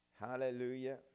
hallelujah